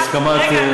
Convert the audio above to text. בהסכמת,